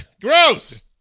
Gross